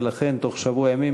ולכן אנחנו מבקשים בתוך שבוע ימים